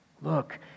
Look